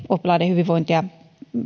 oppilaiden hyvinvointia